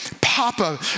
Papa